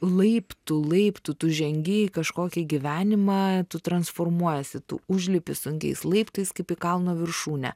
laiptų laiptų tu žengi į kažkokį gyvenimą tu transformuojiesi tu užlipi sunkiais laiptais kaip į kalno viršūnę